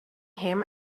him